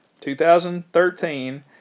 2013